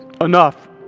enough